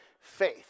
faith